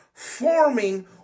Forming